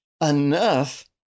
enough